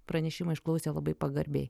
pranešimą išklausė labai pagarbiai